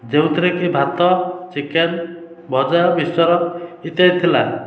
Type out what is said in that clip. ଯେଉଁଥିରେକି ଭାତ ଚିକେନ୍ ଭଜା ମିକ୍ସ୍ଚର୍ ଇତ୍ୟାଦି ଥିଲା